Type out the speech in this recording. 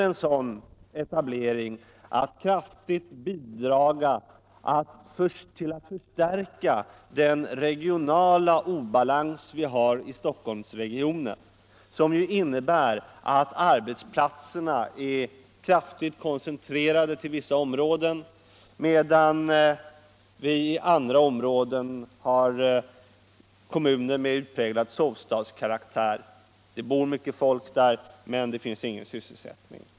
En sådan etablering kommer att kraftigt bidraga till att förstärka den kommunala obalansen i Stockholmsregionen, som ju innebär att arbetsplatserna är kraftigt koncentrerade till vissa områden, medan man i andra områden har kommuner med utpräglad sovstadskaraktär — det bor mycket folk där, men det finns ingen sysselsättning.